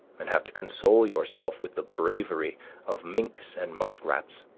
and have to console yourself with the bravery of minks and muskrats.